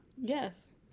yes